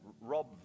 rob